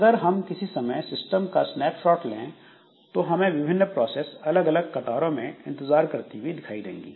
अगर हम किसी समय सिस्टम का स्नैपशॉट लें तो हमें विभिन्न प्रोसेस अलग अलग कतारों में इंतजार करती हुई दिखेंगी